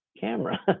camera